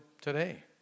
today